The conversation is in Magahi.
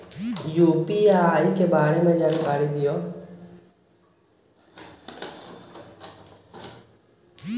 यू.पी.आई के बारे में जानकारी दियौ?